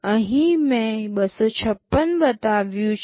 અહીં મેં 256 બતાવ્યું છે